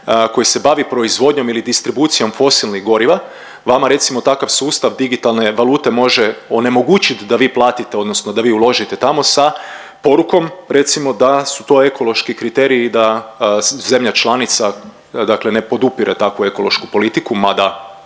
koji se bavi proizvodnjom ili distribucijom fosilnih goriva, vama recimo takav sustav digitalne valute može onemogućiti da vi platite odnosno da vi uložite tamo sa porukom recimo da su to ekološki kriteriji da zemlja članica dakle ne podupire takvu ekološku politiku mada